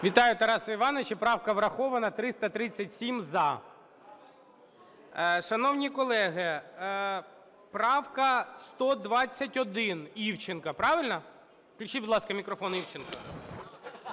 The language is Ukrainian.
Вітаю, Тарасе Івановичу, правка врахована. 337- за. Шановні колеги, правка 121, Івченка. Правильно? Включіть, будь ласка, мікрофон Івченку.